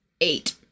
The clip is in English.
eight